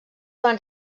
van